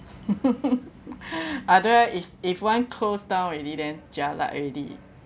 otherwise is if one close down already then jialat already